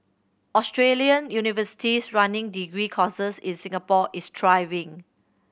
Australian universities running degree courses in Singapore is thriving